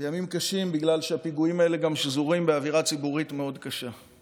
וימים קשים גם בגלל שהפיגועים האלה שזורים באווירה ציבורית קשה מאוד.